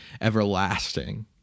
everlasting